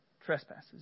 trespasses